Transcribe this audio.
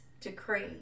decree